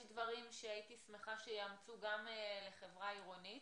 יש דברים שהייתי שמחה שהיו מאמצים גם לחברה עירונית,